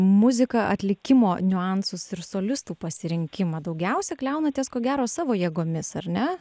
muziką atlikimo niuansus ir solistų pasirinkimą daugiausia kliaunatės ko gero savo jėgomis ar ne